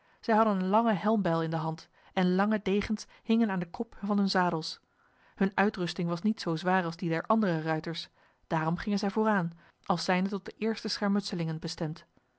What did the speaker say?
zij hadden een lange helmbijl in de hand en lange degens hingen aan de kop van hun zadels hun uitrusting was niet zo zwaar als die der andere ruiters daarom gingen zij vooraan als zijnde tot de eerste schermutselingen bestemd